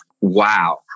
Wow